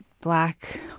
black